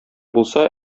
булса